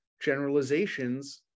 generalizations